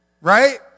Right